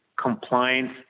compliance